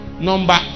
Number